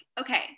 okay